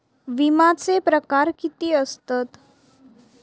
विमाचे प्रकार किती असतत?